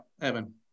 Evan